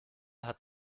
hat